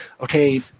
okay